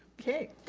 okay,